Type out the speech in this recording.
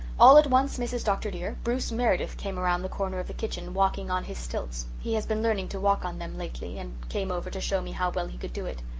all at once, mrs. dr. dear, bruce meredith came around the corner of the kitchen walking on his stilts. he has been learning to walk on them lately and came over to show me how well he could do it.